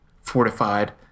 fortified